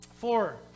Four